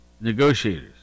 negotiators